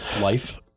Life